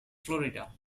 florida